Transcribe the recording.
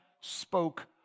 spoke